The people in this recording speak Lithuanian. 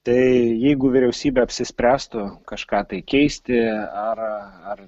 tai jeigu vyriausybė apsispręstų kažką tai keisti ar ar